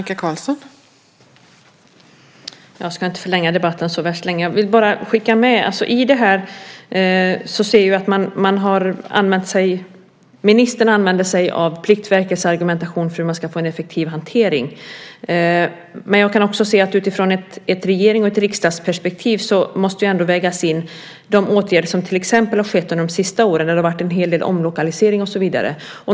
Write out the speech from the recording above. Fru talman! Ministern använder sig av Pliktverkets argumentation för hur man ska få en effektiv hantering. Ur ett regerings och riksdagsperspektiv måste man ändå väga in de åtgärder som till exempel vidtagits under de senaste åren då det har varit en hel del omlokalisering.